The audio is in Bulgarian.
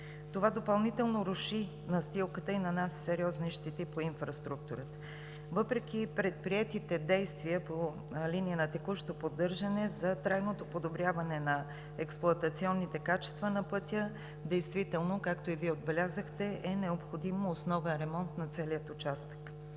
Това допълнително руши настилката и нанася сериозни щети по инфраструктурата. Въпреки предприетите действия по линия на текущо поддържане за трайното подобряване на експлоатационните качества на пътя, действително, както и Вие отбелязахте, е необходим основен ремонт на целия участък.